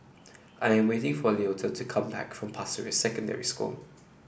I am waiting for Leota to come back from Pasir Ris Secondary School